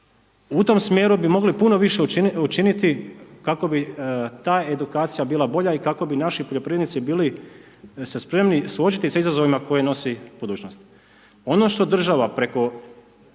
u tom smjeru bi mogli puno više učiniti, kako bi ta edukacija bila bolja i kako bi naši poljoprivrednici bili se spremni suočiti s izazovima koje nosi budućnost. Ono što država preko,